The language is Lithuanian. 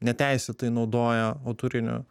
neteisėtai naudoja autorinių